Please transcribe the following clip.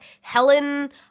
Helen